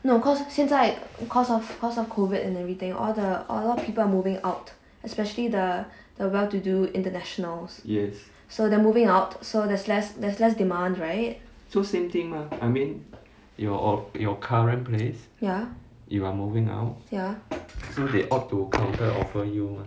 no because 现在 because of because of COVID and everything all the a lot of people are moving out especially the the well to do internationals so they're moving out so there's less there's less demand right ya ya